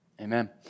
Amen